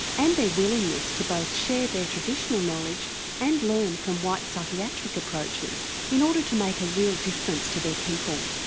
and their willingness to both share their traditional knowledge and learn from white psychiatric approaches in order to make a real difference to their people.